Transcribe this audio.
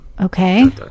Okay